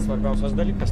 svarbiausias dalykas